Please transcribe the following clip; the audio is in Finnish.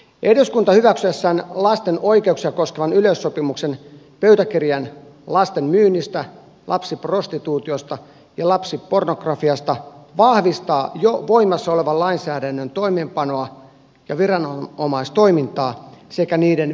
eduskunta hyväksyessään lasten oikeuksia koskevan yleissopimuksen pöytäkirjan lasten myynnistä lapsiprostituutiosta ja lapsipornografiasta vahvistaa jo voimassa olevan lainsäädännön toimeenpanoa ja viranomaistoimintaa sekä niiden velvoitteita